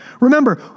Remember